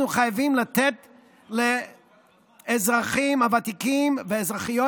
אנחנו חייבים לתת לאזרחים הוותיקים ולאזרחיות